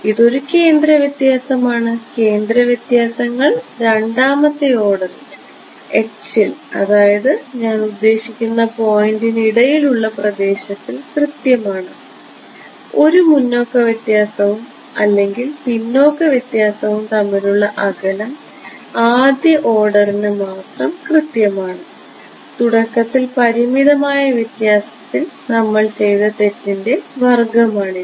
ഇത് ഒരു കേന്ദ്ര വ്യത്യാസമാണ് കേന്ദ്ര വ്യത്യാസങ്ങൾ രണ്ടാമത്തെ ഓർഡറിൽ h ൽ അതായത് ഞാൻ ഉദ്ദേശിക്കുന്നത് പോയിൻ്റിന് ഇടയിൽ ഉള്ള പ്രദേശത്തിൽ കൃത്യമാണ് ഒരു മുന്നോക്ക വ്യത്യാസവും അല്ലെങ്കിൽ പിന്നോക്ക വ്യത്യാസവും തമ്മിലുള്ള അകലം ആദ്യ ഓർഡറിന് മാത്രം കൃത്യമാണ് തുടക്കത്തിൽ പരിമിതമായ വ്യത്യാസത്തിൽ നമ്മൾ ചെയ്ത തെറ്റിന്റെ വർഗ്ഗമാണ് ഇത്